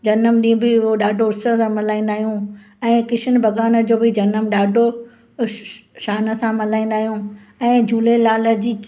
जनमु ॾींहुं बि ॾाढो उत्सव सां मल्हाईंदा आहियूं ऐं कृष्ण भॻवान जो बि जनमु ॾाढो श श शान सां मल्हाईंदा आहियूं ऐं झूलेलाल जी